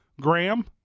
Graham